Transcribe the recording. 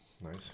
Nice